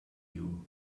you